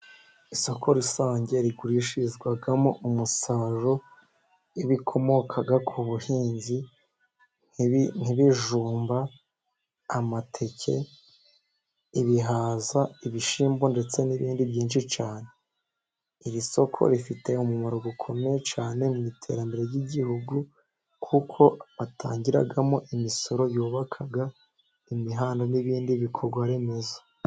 Isoko rusange rigurishirizwamo umusaruro ibikomokaga ku buhinzi nk'ibijumba, amateke, ibihaza, ibishyimbo, ndetse n'ibindi byinshi cyane. Iri soko rifite umumaro ukomeye cyane mu iterambere ry'igihugu, kuko batangiramo imisoro yubaka imihanda n'ibindi bikorwa remezo.